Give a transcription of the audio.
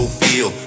feel